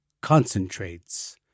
concentrates